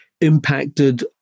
impacted